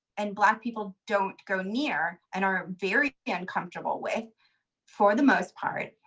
and black people don't go near and are very uncomfortable with for the most part,